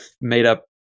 made-up